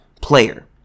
player